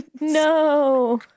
No